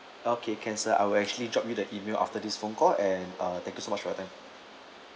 okay can sir I will actually drop you the email after this phone call and uh thank you so much for your time